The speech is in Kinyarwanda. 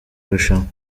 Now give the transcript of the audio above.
rushanwa